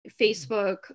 Facebook